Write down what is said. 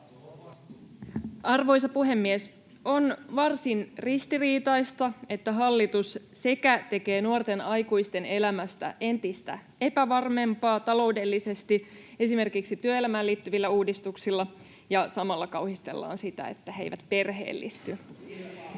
Arvoisa puhemies! On varsin ristiriitaista, että hallitus tekee nuorten aikuisten elämästä entistä epävarmempaa taloudellisesti, esimerkiksi työelämään liittyvillä uudistuksilla, ja samalla kauhistellaan sitä, että he eivät perheellisty. [Ben